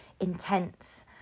intense